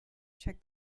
check